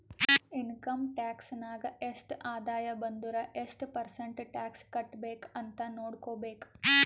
income tax ನಾಗ್ ಎಷ್ಟ ಆದಾಯ ಬಂದುರ್ ಎಷ್ಟು ಪರ್ಸೆಂಟ್ ಟ್ಯಾಕ್ಸ್ ಕಟ್ಬೇಕ್ ಅಂತ್ ನೊಡ್ಕೋಬೇಕ್